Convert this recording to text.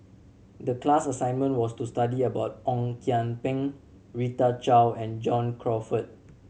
the class assignment was to study about Ong Kian Peng Rita Chao and John Crawfurd